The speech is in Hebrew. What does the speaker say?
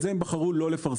את זה הם בחרו לא לפרסם.